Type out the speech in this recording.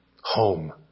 Home